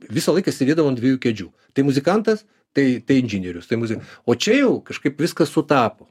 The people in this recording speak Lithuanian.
visą laiką sėdėdavau ant dviejų kėdžių tai muzikantas tai inžinierius tai muzika o čia jau kažkaip viskas sutapo